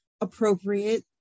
appropriate